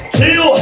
two